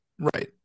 Right